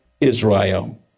Israel